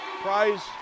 prize